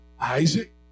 Isaac